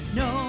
no